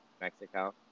Mexico